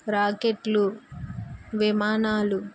రాకెట్లు విమానాలు